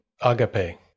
agape